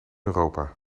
europa